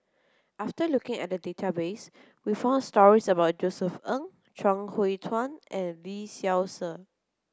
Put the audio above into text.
after looking at the database we found stories about Josef Ng Chuang Hui Tsuan and Lee Seow Ser